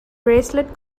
bracelet